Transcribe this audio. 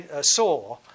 saw